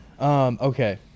Okay